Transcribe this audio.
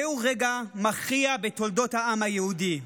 זהו רגע מכריע בתולדות העם היהודי.